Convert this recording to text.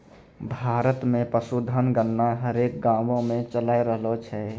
भारत मे पशुधन गणना हरेक गाँवो मे चालाय रहलो छै